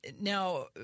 Now